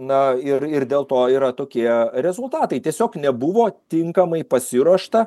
na ir ir dėl to yra tokie rezultatai tiesiog nebuvo tinkamai pasiruošta